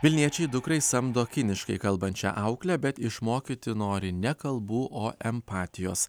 vilniečiai dukrai samdo kiniškai kalbančią auklę bet išmokyti nori ne kalbų o empatijos